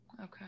Okay